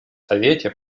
совете